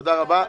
תודה רבה.